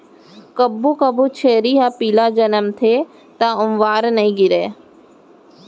कभू कभू छेरी ह पिला जनमथे त आंवर नइ गिरय